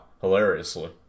Hilariously